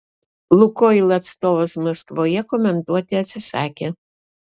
lukoil atstovas maskvoje komentuoti atsisakė